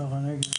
שער הנגב.